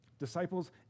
Disciples